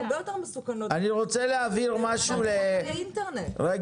אני רוצה להבהיר משהו, חברים.